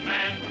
Man